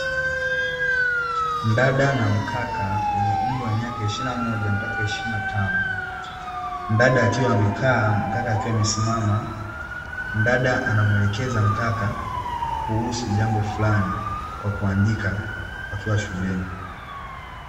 Mdada na mkaka wenye umri wa miaka ishirini na moja mpaka ishirini na tano, mdada akiwa amekaa mkaka akiwa amesimama, mdada anamuelekeza mkaka kuhusu mambo fulani kwa kuandika wakiwa shuleni.